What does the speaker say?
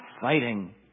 fighting